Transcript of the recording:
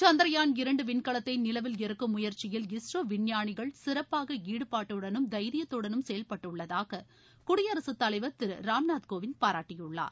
சந்திரயான் இரண்டு விண்கலத்தை நிலவில் இறக்கும் முயற்சியில் இஸ்ரோ விஞ்ஞானிகள் சிறப்பான ஈடுபாட்டுடனும் தைரியத்துடனும் செயல்பட்டுள்ளதாக குடியரசுத் தலைவர் திரு ராம்நாத் கோவிந்த் பாராட்டியுள்ளார்